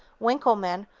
winckelmann,